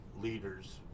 leaders